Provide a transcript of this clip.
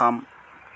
थाम